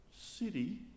city